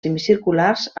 semicirculars